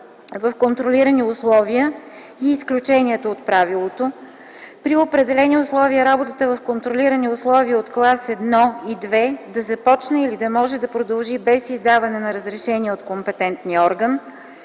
в контролирани условия и изключенията от правилото; - при определени условия работата в контролирани условия от клас 1 и 2 да започне или да може да продължи без издаване на разрешение от компетентния орган;